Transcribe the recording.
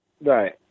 Right